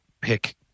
pick